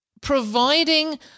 Providing